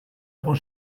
egon